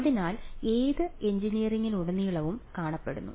അതിനാൽ ഇത് എഞ്ചിനീയറിംഗിലുടനീളം കാണപ്പെടുന്നു